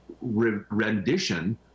rendition